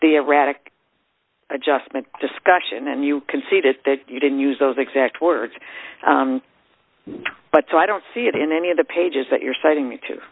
the erratic adjustment discussion and you conceded that you didn't use those exact words but so i don't see it in any of the pages that you're citing me to